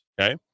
okay